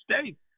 states